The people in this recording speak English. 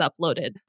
uploaded